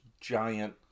giant